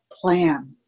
plan